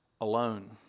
alone